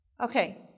Okay